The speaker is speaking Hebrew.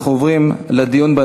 אנחנו עוברים לדיון,